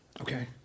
Okay